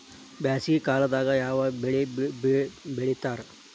ಬ್ಯಾಸಗಿ ಕಾಲದಾಗ ಯಾವ ಬೆಳಿ ಬೆಳಿತಾರ?